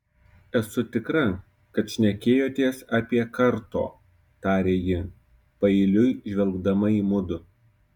esu tikra kad šnekėjotės apie karto tarė ji paeiliui žvelgdama į mudu